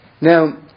Now